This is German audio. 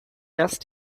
erst